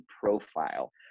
profile